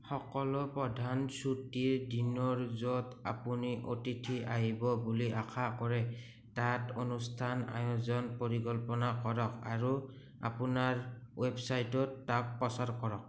সকলো প্ৰধান ছুটীৰ দিনৰ য'ত আপুনি অতিথি আহিব বুলি আশা কৰে তাত অনুষ্ঠান আয়োজন পৰিকল্পনা কৰক আৰু আপোনাৰ ৱেবছাইটত তাক প্ৰচাৰ কৰক